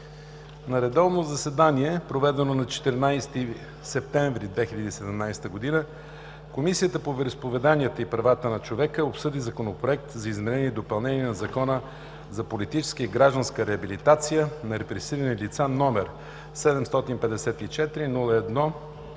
На редовно заседание, проведено на 14 септември 2017 г., Комисията по вероизповеданията и правата на човека обсъди Законопроект за изменение и допълнение на Закона за политическа и гражданска реабилитация на репресирани лица, № 754-01-41,